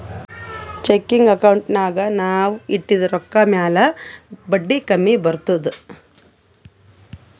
checking ಅಕೌಂಟ್ನಾಗ್ ನಾವ್ ಇಟ್ಟಿದ ರೊಕ್ಕಾ ಮ್ಯಾಲ ಬಡ್ಡಿ ಕಮ್ಮಿ ಬರ್ತುದ್